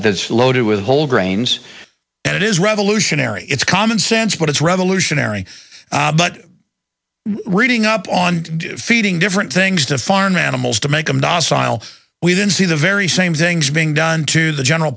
loaded with whole grains and it is revolutionary it's commonsense but it's revolutionary but reading up on feeding different things to farm animals to make them docile we didn't see the very same things being done to the general